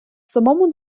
самому